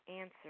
answer